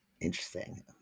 interesting